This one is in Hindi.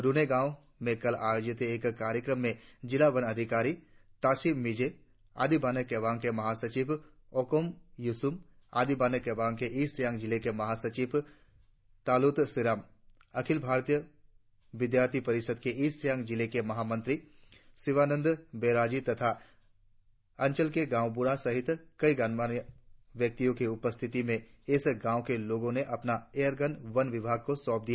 रुने गांव में कल आयोजित एक कार्यक्रम में जिला वन अधिकारी तासी मिजे आदी बाने केबांग के महासचिव ओकोम योसुंग आदी बाने केबांग के ईस्ट सियांग जिले के महासचिव तालूत सिरम अखिल भारतीय विद्यार्थी परिषद के ईस्ट सियांग जिले के महामंत्री शिवानंद वैराजी तथा अंचल के गाव बूढ़ा सहित कई गणमाण्य व्यक्तियों की उपस्थिति में इस गांव के लोगों ने अपना एयर गन वन विभाग को सौंप दिया